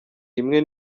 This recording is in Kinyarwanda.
imwe